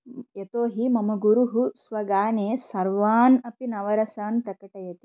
यतोहि मम गुरुः स्वगाने सर्वान् अपि नवरसान् प्रकटयति